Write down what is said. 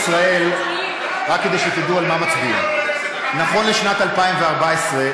תתביישו לכם, תתביישו